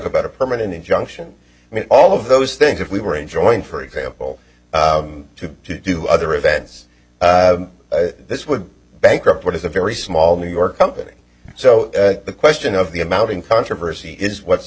about a permanent injunction i mean all of those things if we were enjoying for example to do other events this would bankrupt what is a very small new york company so the question of the amount in controversy is what